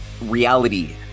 reality